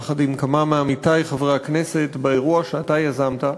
יחד עם כמה מעמיתי חברי הכנסת, באירוע שאתה יזמת,